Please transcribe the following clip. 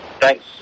thanks